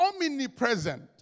omnipresent